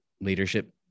leadership